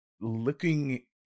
looking